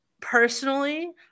personally